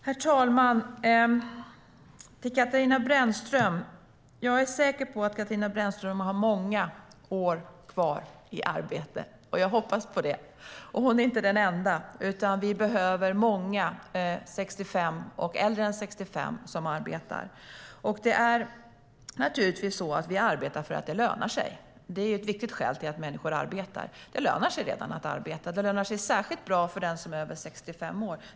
STYLEREF Kantrubrik \* MERGEFORMAT Svar på interpellationerDet är naturligtvis så att vi arbetar för att det lönar sig. Det är ett viktigt skäl till att människor arbetar. Det lönar sig redan att arbeta. Det lönar sig särskilt bra för den som är över 65 år.